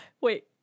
Wait